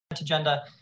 agenda